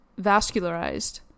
Vascularized